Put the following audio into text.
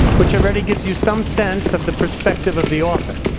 which already gives you some sense of the perspective of the author.